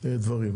דברים.